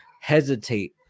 hesitate